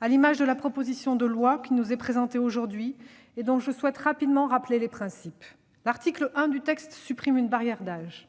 à l'image de la proposition de loi qui nous est présentée aujourd'hui et dont je souhaite rappeler les principes. L'article 1 du texte supprime une barrière d'âge.